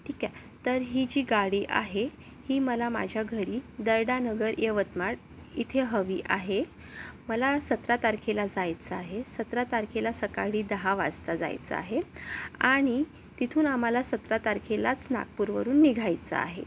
ठीक आहे तर ही जी गाडी आहे ही मला माझ्या घरी दर्डा नगर यवतमाळ इथे हवी आहे मला सतरा तारखेला जायचं आहे सतरा तारखेला सकाळी दहा वासता जायचं आहे आणि तिथून आम्हाला सतरा तारखेलाच नागपूरवरून निघायचं आहे